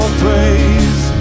praise